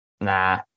Nah